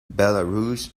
belarus